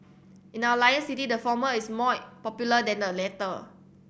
in our Lion City the former is more popular than the latter